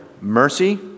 mercy